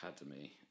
Academy